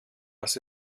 das